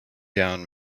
down